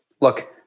look